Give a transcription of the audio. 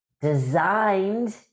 designed